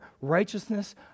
righteousness